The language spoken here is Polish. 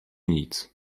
nic